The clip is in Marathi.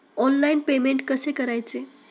ऑनलाइन पेमेंट कसे करायचे?